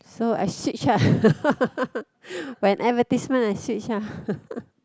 so I switch uh when advertisement I switch uh